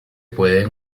pueden